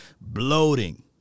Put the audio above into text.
bloating